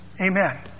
Amen